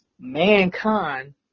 mankind